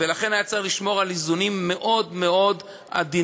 ולכן היה צריך לשמור על איזונים מאוד מאוד עדינים,